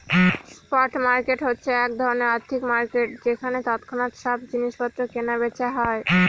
spot market হচ্ছে এক ধরনের আর্থিক মার্কেট যেখানে তৎক্ষণাৎ সব জিনিস পত্র কেনা বেচা হয়